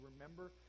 remember